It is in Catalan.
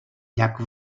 llac